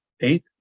eight